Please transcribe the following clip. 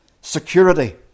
Security